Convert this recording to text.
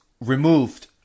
removed